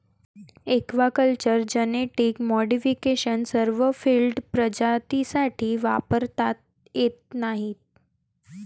aquaculture genetic modification सर्व field प्रजातींसाठी वापरता येत नाही